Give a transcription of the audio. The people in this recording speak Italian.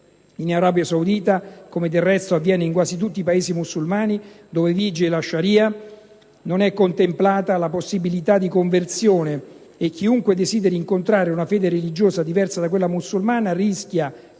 In Arabia Saudita, come del resto avviene in quasi tutti i Paesi musulmani dove vige la *Sharia*, non è contemplata la possibilità di conversione, e chiunque desideri incontrare una fede religiosa diversa da quella musulmana rischia,